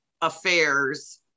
affairs